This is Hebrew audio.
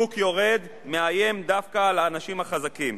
שוק יורד מאיים דווקא על האנשים החזקים.